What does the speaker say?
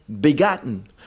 begotten